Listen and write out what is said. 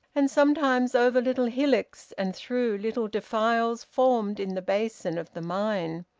and sometimes over little hillocks and through little defiles formed in the basin of the mine.